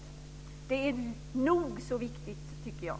Det är nog så viktigt, tycker jag.